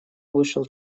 вышел